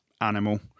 Animal